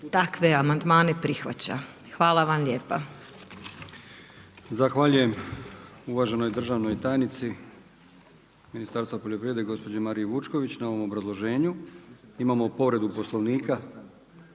takve amandmane prihvaća. Hvala vam lijepa.